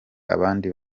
abandi